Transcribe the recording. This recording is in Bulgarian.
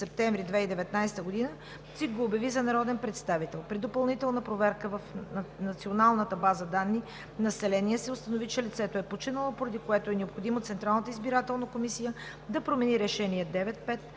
септември 2019 г. ЦИК го обяви за народен представител. При допълнителна проверка в Национална база данни „Население“ се установи, че лицето е починало, поради което е необходимо Централната